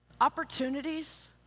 Opportunities